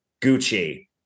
Gucci